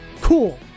cool